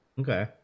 Okay